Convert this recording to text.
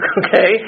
okay